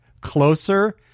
closer